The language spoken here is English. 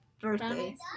birthdays